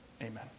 Amen